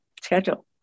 schedule